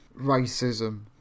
racism